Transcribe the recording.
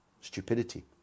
stupidity